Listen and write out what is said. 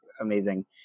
amazing